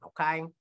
okay